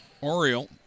Oriole